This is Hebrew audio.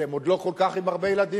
כי הם עוד לא כל כך עם הרבה ילדים,